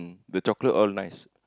the chocolate all nice